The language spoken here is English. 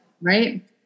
Right